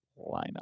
lineup